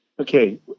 Okay